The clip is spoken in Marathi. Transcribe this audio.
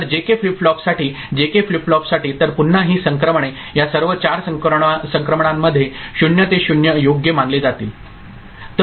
तर जेके फ्लिप फ्लॉपसाठी जेके फ्लिप फ्लॉपसाठी तर पुन्हा ही संक्रमणे या सर्व 4 संक्रमणांमध्ये 0 ते 0 योग्य मानले जातील